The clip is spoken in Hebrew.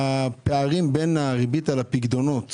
הפערים בין הריבית על הפיקדונות